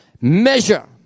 measure